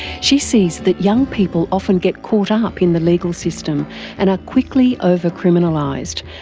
she sees that young people often get caught up in the legal system and are quickly over-criminalised,